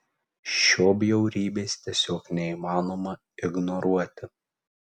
šio bjaurybės tiesiog neįmanoma ignoruoti